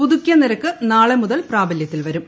പുതുക്കിയ നിരക്ക് നാളെ മുതൽ പ്രാബല്യത്തിൽ വരും